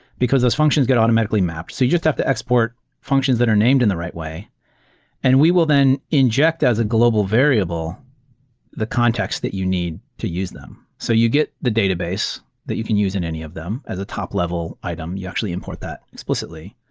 because those functions get automatically mapped. so you just have to export functions that are named in the right way and we will then inject as a global variable the context that you need to use them. so you get the database that you can use in any of them as a top level item. you actually import that explicitly,